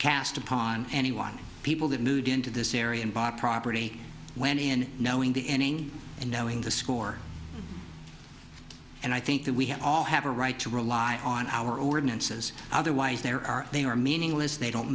cast upon anyone people that knew the into this area and bought property when in knowing the ending and knowing the score and i think that we have all have a right to rely on our ordinances otherwise there are they are meaningless they don't